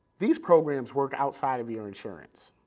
these programs work outside of your insurance.